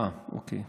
אוקיי.